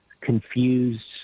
confused